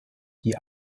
die